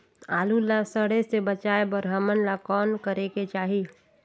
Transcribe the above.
आलू ला सड़े से बचाये बर हमन ला कौन करेके चाही?